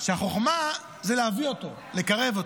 והחוכמה היא להביא אותו, לקרב אותו.